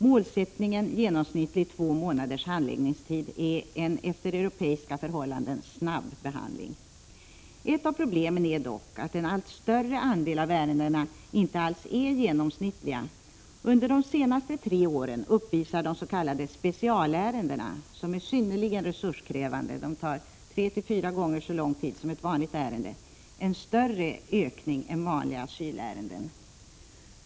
Målsättningen, genomsnittligt två månaders handläggningstid, är en efter europeiska förhållanden snabb behandling. Ett av problemen är dock att en allt större andel av ärendena inte alls är genomsnittliga. Under de senaste tre åren uppvisar de s.k. specialärendena, som är synnerligen resurskrävande, en större ökning än vanliga asylärenden. Dessa ärenden tar tre till fyra gånger så lång tid som ett vanligt ärende.